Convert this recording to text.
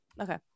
Okay